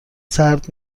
سرد